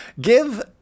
give